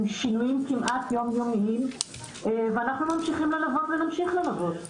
עם שינויים כמעט יום-יומיים ואנחנו ממשיכים ללוות ונמשיך ללוות.